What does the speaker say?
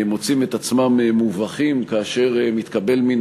מוצאים את עצמם מובכים כאשר מתקבל מין